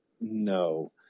No